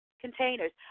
containers